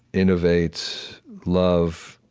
innovate, love,